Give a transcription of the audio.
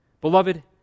Beloved